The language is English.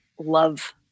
love